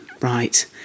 Right